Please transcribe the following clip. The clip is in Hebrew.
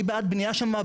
אני בעד בנייה שם,